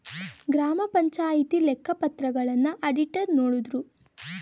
ಗ್ರಾಮ ಪಂಚಾಯಿತಿ ಲೆಕ್ಕ ಪತ್ರಗಳನ್ನ ಅಡಿಟರ್ ನೋಡುದ್ರು